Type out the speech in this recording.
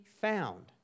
found